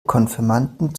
konfirmanden